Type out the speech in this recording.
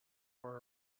were